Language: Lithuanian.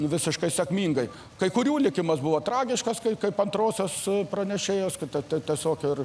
visiškai sėkmingai kai kurių likimas buvo tragiškas kaip antrosios pranešėjos kai tai tai tiesiog ir